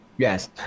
Yes